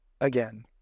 again